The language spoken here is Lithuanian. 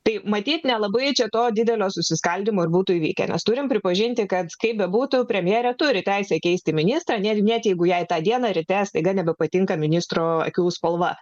tai matyt nelabai čia to didelio susiskaldymo ir būtų įvykę nes turime pripažinti kad kaip bebūtų premjerė turi teisę keisti ministrą net net jeigu jai tą dieną ryte staiga nebepatinka ministro akių spalva